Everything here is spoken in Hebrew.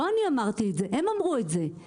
זאת לא אני שאומרת את זה, הם אומרים את זה.